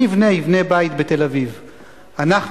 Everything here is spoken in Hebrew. מי יבנה יבנה בית בתל-אביב / אנחנו,